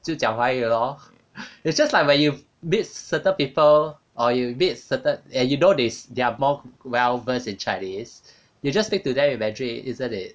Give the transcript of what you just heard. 就讲华语了 lor it's just like when you meet certain people or you meet certain and you know this they're more well versed in chinese you just speak to them in mandarin isn't it